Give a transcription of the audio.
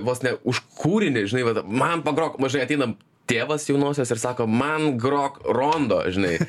vos ne už kūrinį žinai vat man pagrok mažai ateinam tėvas jaunosios ir sako man grok rondo žinai